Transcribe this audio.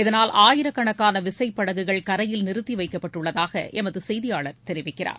இதனால் ஆயிரக்கணக்கான விசைப்படகுகள் கரையில் நிறுத்தி வைக்கப்பட்டுள்ளதாக எமது செய்தியாளர் தெரிவிக்கிறார்